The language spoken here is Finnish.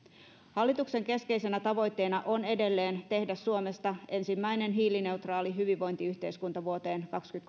hallituksen keskeisenä tavoitteena on edelleen tehdä suomesta ensimmäinen hiilineutraali hyvinvointiyhteiskunta vuoteen